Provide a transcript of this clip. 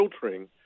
filtering